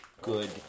Good